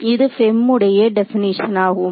இது FEM உடைய definition ஆகும்